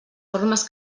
formes